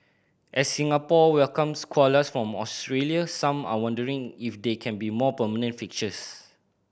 as Singapore welcomes koalas from Australia some are wondering if they can be a more permanent fixtures